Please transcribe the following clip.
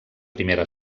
primera